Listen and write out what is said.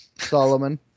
Solomon